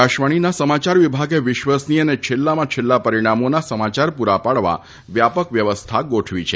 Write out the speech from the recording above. આકાશવાણીના સમાચાર વિભાગે વિશ્વસનીય અને છેલ્લામાં છેલ્લા પરિણામોના સમાચાર પૂરા પાડવા વ્યાપક વ્યવસ્થા ગોઠવી છે